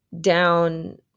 down